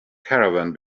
caravan